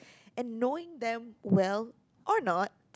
and knowing them well or not